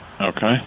Okay